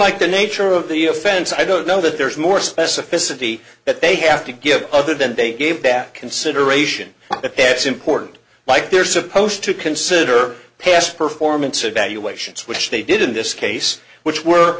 like the nature of the offense i don't know that there's more specificity that they have to give other than they gave back consideration to pets important like they're supposed to consider past performance evaluations which they did in this case which were